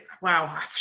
wow